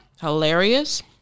hilarious